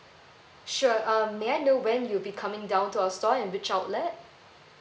sure um may I know when you'll be coming down to our store and which outlet